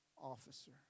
officer